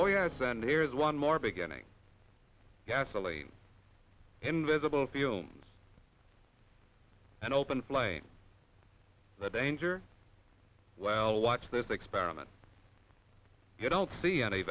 yes and here's one more beginning gasoline invisible fumes and open flame the danger well watch this experiment you don't see any